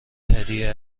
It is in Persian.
هدیه